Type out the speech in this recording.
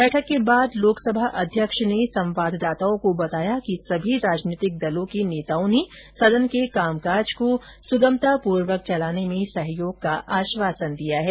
बैठक के बाद लोकसभा अध्यक्ष ने संवाददाताओं को बताया कि सभी राजनीतिक दलों के नेताओं ने सदन के कामकाज को सुगमता पूर्वक चलाने में सहयोग का आश्वासन दिया है